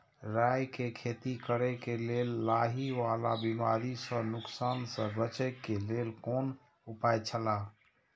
राय के खेती करे के लेल लाहि वाला बिमारी स नुकसान स बचे के लेल कोन उपाय छला?